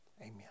Amen